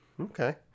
Okay